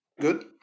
good